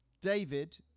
David